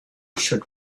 should